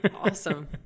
Awesome